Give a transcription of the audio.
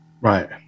Right